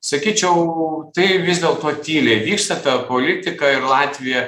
sakyčiau tai vis dėlto tyliai vyksta per politiką ir latvija